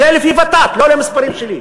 זה לפי ות"ת, וזה לא מספרים שלי.